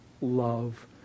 love